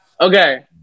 Okay